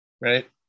Right